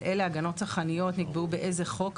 אילו הגנות צרכניות נקבעו באיזה חוק?